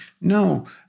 no